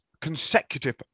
consecutive